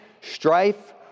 strife